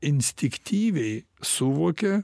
instinktyviai suvokia